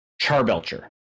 Charbelcher